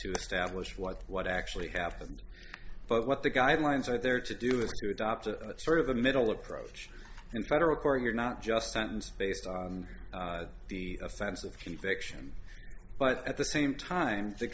to establish what what actually happened but what the guidelines are there to do is to adopt a sort of a middle approach in federal court here not just sentence based on the offensive conviction but at the same time the